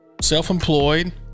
self-employed